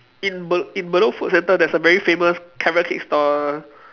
in Be~ in Bedok food centre there's a very famous carrot cake stall